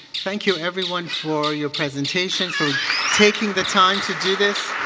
thank you, everyone, for your presentations. for taking the time to do this.